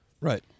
Right